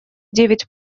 девять